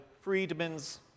Friedman's